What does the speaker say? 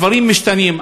הדברים משתנים.